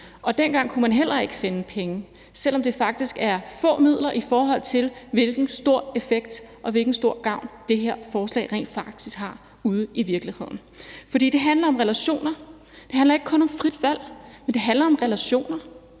Og dengang kunne man heller ikke finde penge til det, selv om det faktisk er få midler, i forhold til hvilken stor effekt og hvilken stor gavn det her forslag rent faktisk har ude i virkeligheden. For det handler om relationer, det handler ikke kun om frit valg. Det handler om relationer;